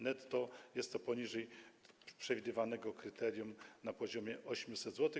Netto jest to poniżej przewidywanego kryterium na poziomie 800 zł.